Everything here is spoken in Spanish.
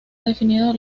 definido